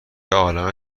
عالمه